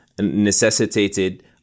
necessitated